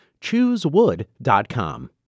Choosewood.com